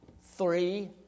Three